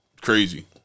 Crazy